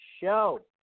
show